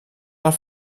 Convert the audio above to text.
del